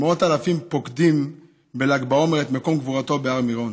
ומאות אלפים פוקדים בל"ג בעומר את מקום קבורתו בהר מירון.